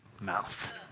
mouth